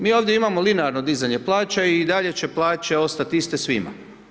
Mi ovdje imamo linearno dizanje plaća i dalje će plaće ostati iste svima.